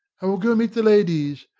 i will go meet the ladies.